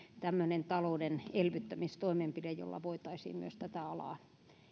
tämmöinen talouden elvyttämistoimenpide jolla voitaisiin myös tätä alaa